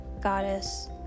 goddess